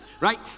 Right